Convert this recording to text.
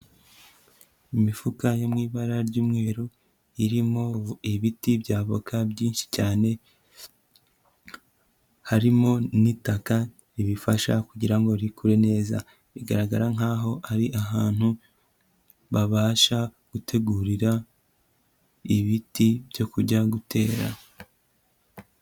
Imifuka yo mu ibara ry'umweru irimo ibiti by'avoka byinshi cyane, harimo n'itaka ribifasha kugira ngo bikure neza, bigaragara nkaho ari ahantu babasha gutegurira ibiti byo kujya gutera.